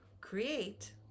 create